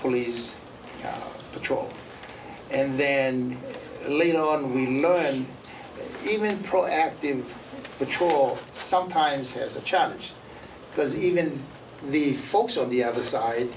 police patrol and then later on we know and even proactive patrol sometimes has a challenge because even the folks on the other s